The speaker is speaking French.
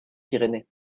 pyrénées